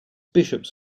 bishops